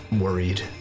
worried